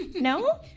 No